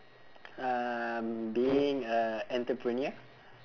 um being a entrepreneur